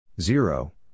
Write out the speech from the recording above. Zero